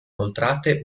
inoltrate